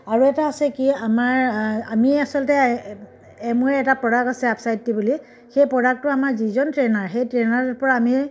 আৰু এটা আছে কি আমাৰ আমি আচলতে এমৱে'ৰ এটা প্ৰডাক্ট আছে আপচাইটী বুলি সেই প্ৰডাক্টো আমাৰ যিজন ট্ৰেইনাৰ সেই ট্ৰেইনাৰ পৰা আমিয়েই